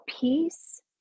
peace